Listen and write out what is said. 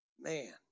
Man